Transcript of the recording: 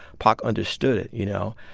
pac understood it, you know,